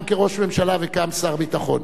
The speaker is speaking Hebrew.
גם כראש ממשלה וגם שר ביטחון,